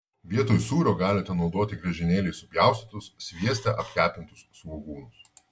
vietoj sūrio galite naudoti griežinėliais supjaustytus svieste apkepintus svogūnus